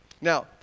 Now